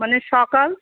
মানে সকাল